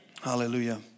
Hallelujah